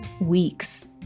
weeks